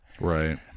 right